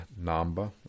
Namba